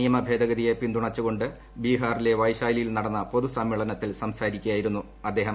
നിയമ ഭേദഗതിയെ പിന്തുണച്ചുകൊണ്ട് ബീഹാറിലെ വൈശാലിയിൽ നടന്ന പൊതു സമ്മേളനത്തിൽ സംസാരിക്കുകയായിരുന്നു അദ്ദേഹം